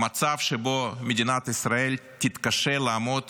המצב שבו מדינת ישראל תתקשה לעמוד